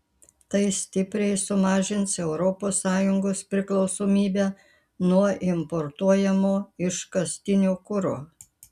tai stipriai sumažins europos sąjungos priklausomybę nuo importuojamo iškastinio kuro